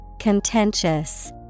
Contentious